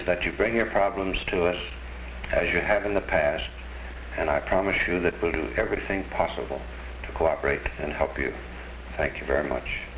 is that you bring your problems to us as you have in the past and i promise you that we'll do everything possible to cooperate and help you thank you very much